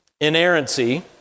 inerrancy